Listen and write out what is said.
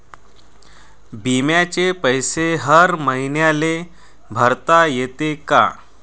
बिम्याचे पैसे हर मईन्याले भरता येते का?